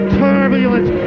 turbulent